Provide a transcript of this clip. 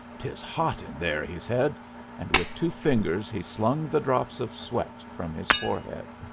tis hot in there, he said and with two fingers he slung the drops of sweat from his forehead.